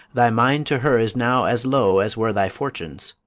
thy mind to her is now as low as were thy fortunes.